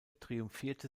triumphierte